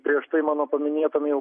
prieš tai mano paminėtam jau